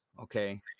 okay